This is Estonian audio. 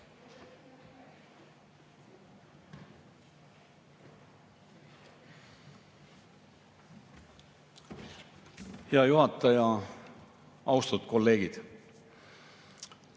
Hea juhataja! Austatud kolleegid!